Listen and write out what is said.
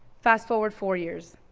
fast forward four years.